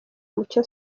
mucyo